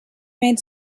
made